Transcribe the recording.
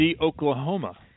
Oklahoma